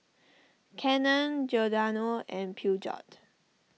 Canon Giordano and Peugeot